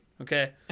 okay